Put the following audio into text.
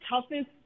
toughest